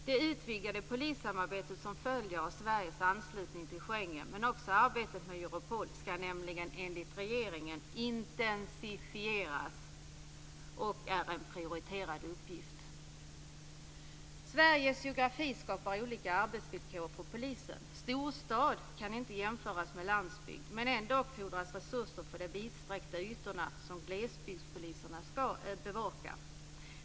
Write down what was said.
Det utvidgade polissamarbete som följer av Sveriges anslutning till Schengensamarbetet och också arbetet med Europol ska nämligen enligt regeringen intensifieras och är en prioriterad uppgift. Sveriges geografi skapar olika arbetsvillkor för polisen. Storstad kan inte jämföras med landsbygd, men ändock fordras resurser för de vidsträckta ytor som glesbygdspoliserna ska bevaka.